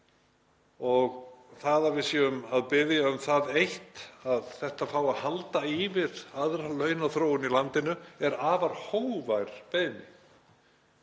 Það að við séum að biðja um það eitt að þetta fái að halda í við aðra launaþróun í landinu er afar hógvær beiðni.